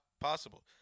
possible